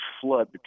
flood